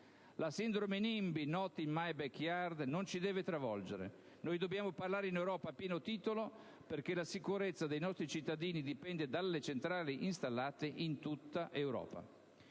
La sindrome Nimby (*not in my backyard*) non ci deve travolgere. Noi dobbiamo parlare in Europa a pieno titolo perché la sicurezza dei nostri cittadini dipende dalle centrali installate in tutta Europa.